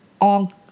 On